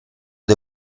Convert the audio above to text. dei